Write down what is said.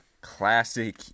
classic